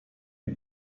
die